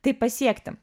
tai pasiekti